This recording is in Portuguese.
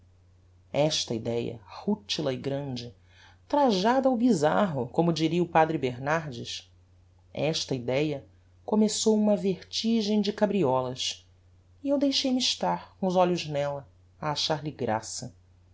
esta idéa rútila e grande trajada ao bizarro como diria o padre bernardes esta idéa começou uma vertigem de cabriolas e eu deixei-me estar com os olhos nella a achar lhe graça